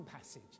passage